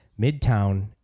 Midtown